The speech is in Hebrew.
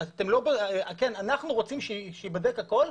אנחנו רוצים שייבדק הכל,